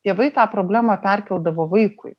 tėvai tą problemą perkeldavo vaikui